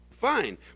Fine